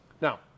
Now